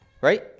right